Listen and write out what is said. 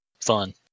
fun